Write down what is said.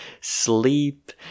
sleep